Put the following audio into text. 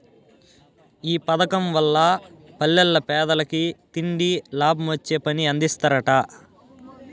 ఈ పదకం వల్ల పల్లెల్ల పేదలకి తిండి, లాభమొచ్చే పని అందిస్తరట